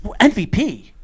MVP